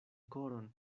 koron